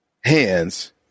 Hands